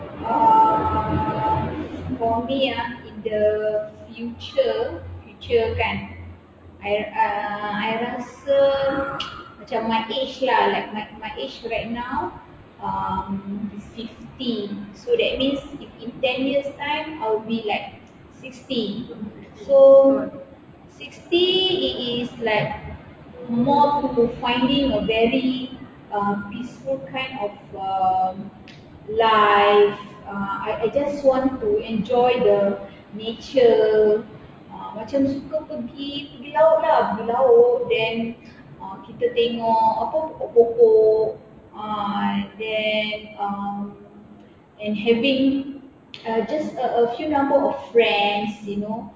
uh for me ah in the future future kan I uh I rasa macam my age lah like my my age right now um is fifty so that means in ten years time I'll be like sixty so sixty it is like more to finding a very uh peaceful kind of um life uh I I just want to enjoy the nature uh macam suka pergi tepi laut lah tepi laut then uh kita tengok apa pokok-pokok uh then um and having uh just a a few number of friends you know